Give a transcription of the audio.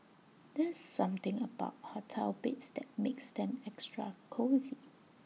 there's something about hotel beds that makes them extra cosy